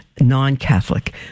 non-Catholic